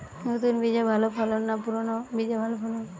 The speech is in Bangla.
নতুন বীজে ভালো ফলন না পুরানো বীজে ভালো ফলন?